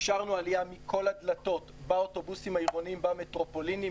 אפשרנו עלייה מכל הדלתות באוטובוסים העירוניים במטרופולינים.